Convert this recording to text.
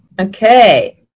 Okay